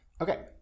Okay